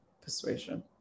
persuasion